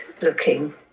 looking